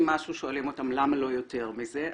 משהו שואלים אותם למה לא יותר מזה.